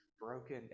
broken